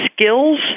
skills